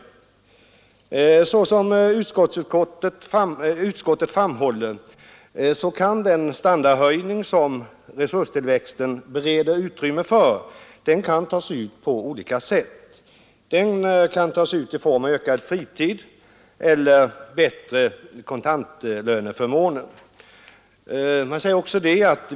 Såsom utskottet framhåller kan den standardhöjning som resurstillväxten bereder utrymme för tas ut på olika sätt. Den kan tas ut i form av ökad fritid eller bättre kontantlöneförmåner.